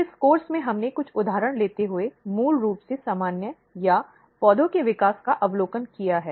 तो इस कोर्स में हमने कुछ उदाहरण लेते हुए मूल रूप से सामान्य या पौधे के विकास का अवलोकन किया है